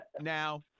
now